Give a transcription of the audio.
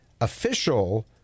official